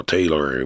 Taylor